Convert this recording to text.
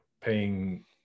paying